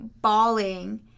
bawling